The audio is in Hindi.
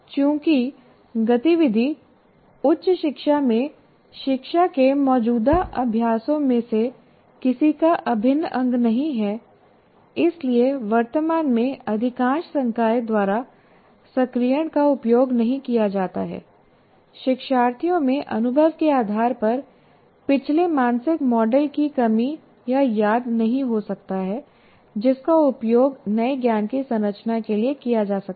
चूंकि गतिविधि उच्च शिक्षा में शिक्षा के मौजूदा अभ्यासों में से किसी का अभिन्न अंग नहीं है इसलिए वर्तमान में अधिकांश संकाय द्वारा सक्रियण का उपयोग नहीं किया जाता है शिक्षार्थियों में अनुभव के आधार पर पिछले मानसिक मॉडल की कमी या याद नहीं हो सकता है जिसका उपयोग नए ज्ञान की संरचना के लिए किया जा सकता है